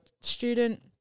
student